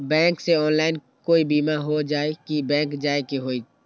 Bank से online कोई बिमा हो जाई कि बैंक जाए के होई त?